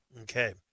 Okay